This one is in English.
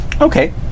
Okay